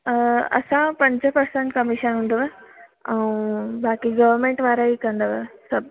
असां पंज percent commission हूंदव ऐं बाक़ी गर्वमेंट वारा ई कंदव सभु